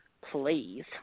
please